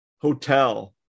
hotel